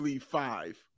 five